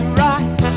right